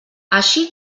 així